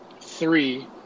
three